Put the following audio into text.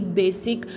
basic